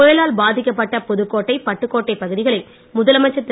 புயலால் பாதிக்கப்பட்ட புதுக்கோட்டை பட்டுக்கோட்டை பகுதிகளை முதலமைச்சர் திரு